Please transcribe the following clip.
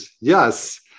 Yes